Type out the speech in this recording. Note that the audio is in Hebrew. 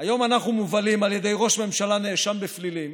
היום אנחנו מובלים על ידי ראש ממשלה נאשם בפלילים,